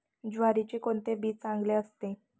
ज्वारीचे कोणते बी चांगले असते?